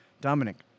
Dominic